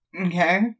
Okay